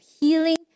healing